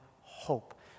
hope